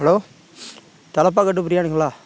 hello Thalappakatti பிரியாணிங்களா